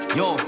yo